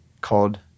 called